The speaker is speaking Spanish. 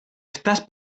estás